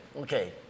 Okay